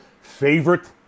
Favorite